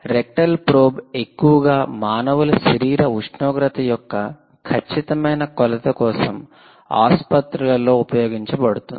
rectal probe ఎక్కువగా మానవుల శరీర ఉష్ణోగ్రత యొక్క ఖచ్చితమైన కొలత కోసం ఆసుపత్రులలో ఉపయోగించబడుతుంది